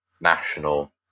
national